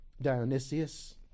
Dionysius